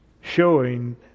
showing